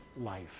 life